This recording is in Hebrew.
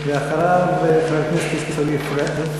אחריו, חבר הכנסת עיסאווי פריג'.